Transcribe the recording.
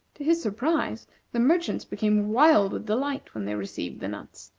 to his surprise the merchants became wild with delight when they received the nuts.